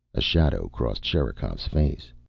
a shadow crossed sherikov's face.